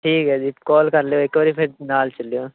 ਠੀਕ ਹੈ ਜੀ ਕੋਲ ਕਰ ਲਿਓ ਇੱਕ ਵਾਰੀ ਫਿਰ ਨਾਲ ਚੱਲਿਓ